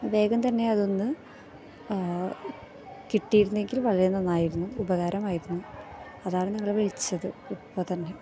വേഗം തന്നെ അതൊന്ന് കിട്ടിയിരുന്നെങ്കില് വളരെ നന്നായിരുന്നു ഉപകാരമായിരുന്നു അതാണ് നിങ്ങളെ വിളിച്ചത് ഇപ്പോൾ തന്നെ